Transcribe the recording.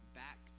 back